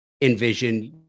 envision